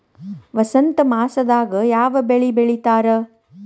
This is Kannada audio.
ವಸಂತ ಮಾಸದಾಗ್ ಯಾವ ಬೆಳಿ ಬೆಳಿತಾರ?